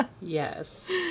yes